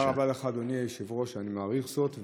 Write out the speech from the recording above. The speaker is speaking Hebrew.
תודה רבה לך, אדוני היושב-ראש, אני מעריך זאת.